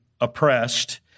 oppressed